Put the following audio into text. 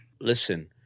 listen